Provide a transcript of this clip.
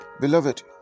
Beloved